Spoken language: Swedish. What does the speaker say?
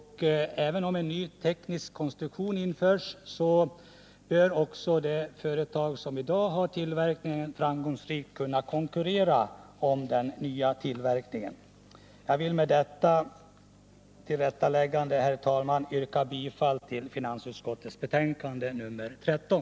Även om en ny teknisk konstruktion införs bör också det företag som i dag har tillverkningen framgångsrikt kunna konkurrera om den nya tillverkningen. Jag vill med detta tillrättaläggande, herr talman, yrka bifall till finansutskottets hemställan i betänkande nr 13.